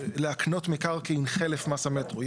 להקנות מקרקעין, חלף מס המטרו.